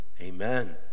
amen